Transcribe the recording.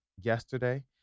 yesterday